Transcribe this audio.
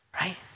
right